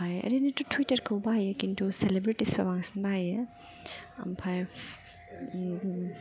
आमफाय ओरैनोथ' टुइटारखौ बाहायो खिन्थु सेलिब्रिटिसआ बांसिन बाहायो आमफाय